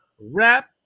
Wrap